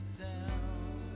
down